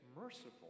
merciful